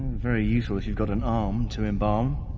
very useful if you've got an arm to embalm.